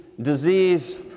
disease